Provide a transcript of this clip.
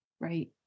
right